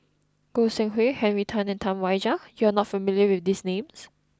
Goi Seng Hui Henry Tan and Tam Wai Jia you are not familiar with these names